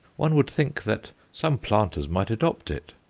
one would think that some planters might adopt it.